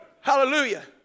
Hallelujah